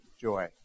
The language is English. joy